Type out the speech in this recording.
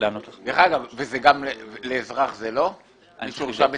זה לא לאזרח שמורשע בטרור?